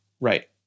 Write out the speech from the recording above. Right